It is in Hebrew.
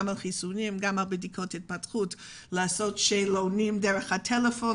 גם על החיסונים וגם על בדיקות התפתחות ושאלונים דרך הטלפון,